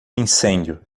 incêndio